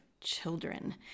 children